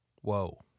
Whoa